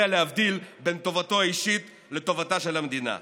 להבדיל בין טובתו האישית לטובתה של המדינה,